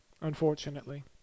Unfortunately